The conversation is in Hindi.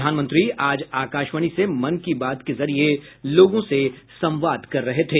प्रधानमंत्री आज आकाशवाणी से मन की बात के जरिए लोगों से संवाद कर रहे थे